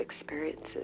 experiences